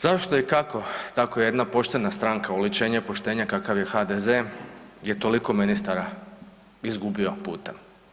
Zašto i kako tako jedna poštena stranka, oličenje poštenja kakav je HDZ je toliko ministara izgubio putem?